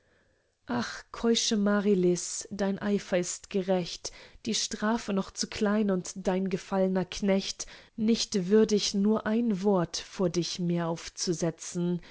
ach keusche marilis dein eifer ist gerecht die strafe noch zu klein und dein gefallner knecht nicht würdig nur ein wort vor dich mehr aufzusetzen